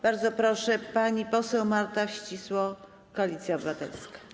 Bardzo proszę, pani poseł Marta Wcisło, Koalicja Obywatelska.